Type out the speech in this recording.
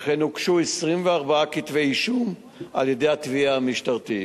וכן הוגשו 24 כתבי אישום על-ידי התביעה המשטרתית.